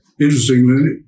Interestingly